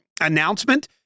announcement